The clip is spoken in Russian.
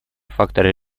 факторы